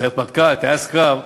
סיירת מטכ"ל, טייס קרב,